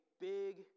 big